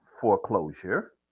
foreclosure